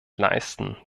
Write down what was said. leisten